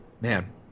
Man